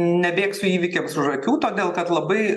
nebėgsiu įvykiams už akių todėl kad labai